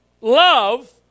love